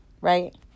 Right